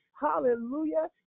hallelujah